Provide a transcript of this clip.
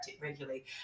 regularly